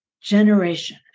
generation